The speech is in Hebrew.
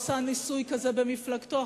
עושה ניסוי כזה במפלגתו.